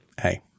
hey